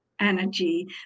energy